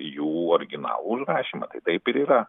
jų originalų užrašymą taip ir yra